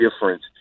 difference